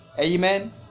amen